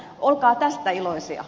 olkaa tästä iloisia